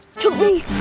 to me.